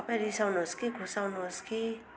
तपाईं रिसाउनुहोस् कि खुसाउनुहोस् कि